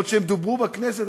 אפילו שהם דוברו בכנסת,